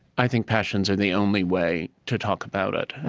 i think passions are the only way to talk about it,